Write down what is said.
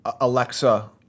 Alexa